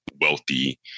wealthy